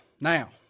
Now